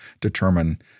determine